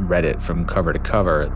read it from cover to cover.